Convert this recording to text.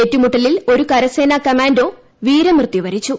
ഏറ്റുമുട്ടലിൽ ഒരു കരസേന കമാന്റോ വീരമൃത്യു വരിച്ചു